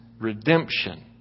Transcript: redemption